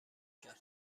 کرد